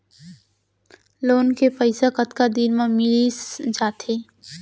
Loan के पइसा कतका दिन मा मिलिस जाथे?